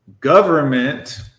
government